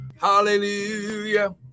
Hallelujah